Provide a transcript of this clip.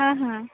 ହଁ ହଁ